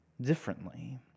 differently